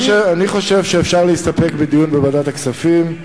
אני חושב שאפשר להסתפק בדיון בוועדת הכספים.